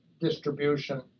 distribution